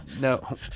No